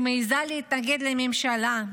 שמעיזה להתנגד לממשלה,